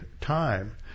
time